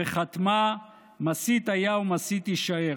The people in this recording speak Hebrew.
וחתמה: מסית היה ומסית יישאר,